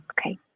Okay